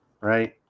right